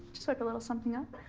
just whipped a little something up.